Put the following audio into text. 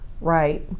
Right